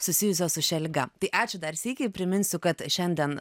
susijusios su šia liga tai ačiū dar sykį priminsiu kad šiandien